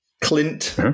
Clint